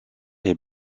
est